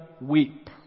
weep